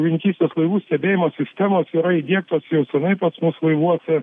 žuvininkystės laivų stebėjimo sistemos yra įdiegtos jau senai pas mus laivuose